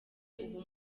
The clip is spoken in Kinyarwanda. ubu